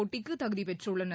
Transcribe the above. போட்டிக்கு தகுதி பெற்றுள்ளனர்